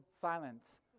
silence